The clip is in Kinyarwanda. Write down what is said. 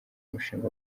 mushinga